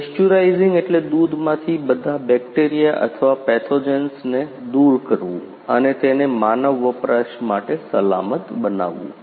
pasteurising એટલે દૂધમાંથી બધા બેક્ટેરિયા અથવા પેથોજેન્સને દૂર કરવું અને તેને માનવ વપરાશ માટે સલામત બનાવવું